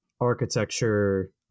architecture